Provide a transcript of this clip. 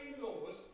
laws